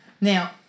Now